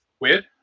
Weird